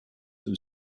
with